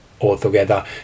Altogether